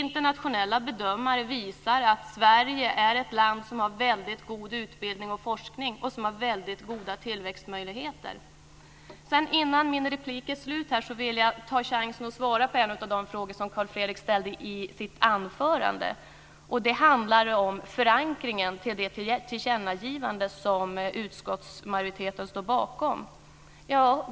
Internationella bedömare visar att Sverige är ett land som har väldigt god utbildning och forskning och väldigt goda tillväxtmöjligheter. Innan min repliktid är slut vill jag ta chansen att svara på en av de frågor som Carl Fredrik Graf ställde i sitt anförande. Det handlar om förankringen av det tillkännagivande som utskottsmajoriteten står bakom.